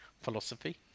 philosophy